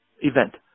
event